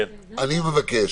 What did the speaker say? אני מבקש,